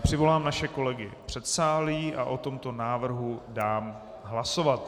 Přivolám naše kolegy z předsálí a o tomto návrhu dám hlasovat.